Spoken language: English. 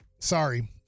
sorry